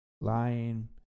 lying